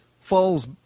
falls